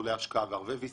מסלולי השקעה, הרבה VC,